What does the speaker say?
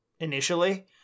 initially